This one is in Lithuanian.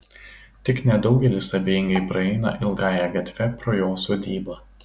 tik nedaugelis abejingai praeina ilgąja gatve pro jo sodybą